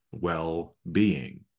well-being